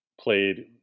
played